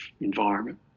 environment